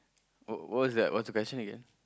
uh what's that what's the question again